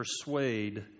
persuade